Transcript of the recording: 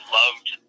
loved